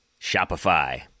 Shopify